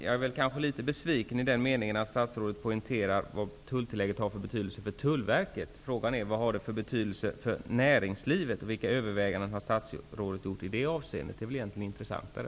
Jag är kanske litet besviken på att statsrådet poängterar tulltilläggets betydelse för Tullverket. Frågan är vad tulltillägget har för betydelse för näringslivet. Vilka överväganden har statsrådet gjort i det avseendet? Det är egentligen intressantare.